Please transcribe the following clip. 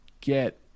get